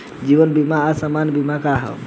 जीवन बीमा आ सामान्य बीमा का ह?